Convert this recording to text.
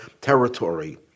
territory